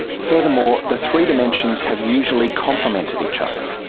furthermore, the three dimensions have usually complemented each other.